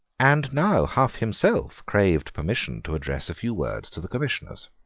and now hough himself craved permission to address a few words to the commissioners.